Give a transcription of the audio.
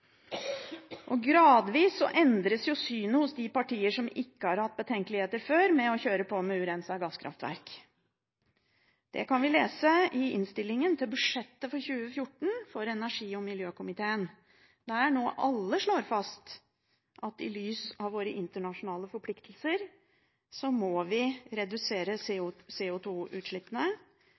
fjerne. Gradvis endres synet hos de partiene som før ikke har hatt betenkeligheter med å kjøre på med gasskraftverk uten rensing. Det kan vi lese i innstillingen fra energi- og miljøkomiteen til budsjettet for 2014. Dette er noe alle slår fast, at i lys av våre internasjonale forpliktelser må vi redusere